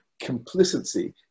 complicity